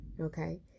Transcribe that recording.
okay